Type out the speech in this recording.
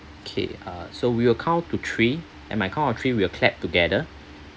okay uh so we will count to three and my count of three we will clap together